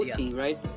right